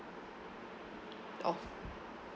oh